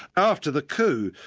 after the coup,